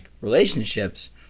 relationships